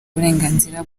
uburenganzira